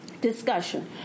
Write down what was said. Discussion